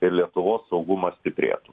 ir lietuvos saugumas stiprėtų